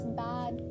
bad